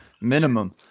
minimum